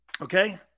Okay